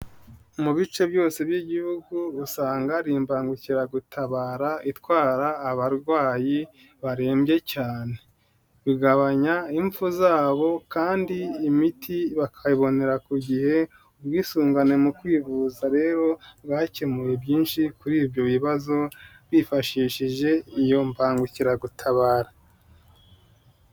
Mu bice byose by'igihugu usanga hari imbangukiragutabara itwara abarwayi barembye cyane, bigabanya imfu zabo kandi imiti bakayibonera ku gihe, ubwisungane mu kwivuza rero bwakemuye byinshi kuri ibyo bibazo bifashishije iyo mbangukiragutabara.